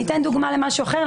אני אתן דוגמה למשהו אחר,